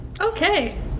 Okay